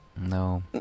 No